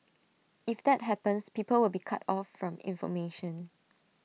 if that happens people will be cut off from information